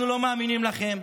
אנחנו לא מאמינים לכם,